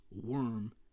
worm